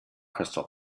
crystal